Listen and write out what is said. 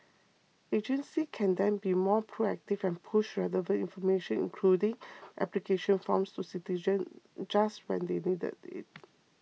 agencies can then be more proactive and push relevant information including application forms to citizens just when they needed it